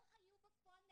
לא היו בפועל נערות,